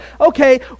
okay